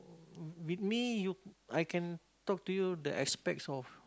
with me I can talk to you the aspect of